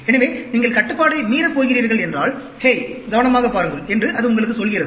எனவே நீங்கள் கட்டுப்பாட்டை மீறப் போகிறீர்கள் என்றால் ஹேய் கவனமாக பாருங்கள் என்று அது உங்களுக்குச் சொல்கிறது